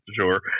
sure